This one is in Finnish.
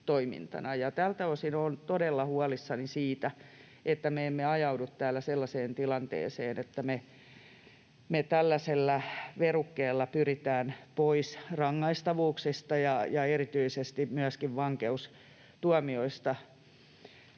tältä osin olen todella huolissani siitä, että me emme ajaudu täällä sellaiseen tilanteeseen, että me tällaisella verukkeella pyritään pois rangaistavuuksista ja erityisesti myöskin vankeustuomioista